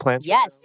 Yes